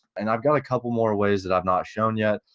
and i've got a couple more ways that i've not shown yet,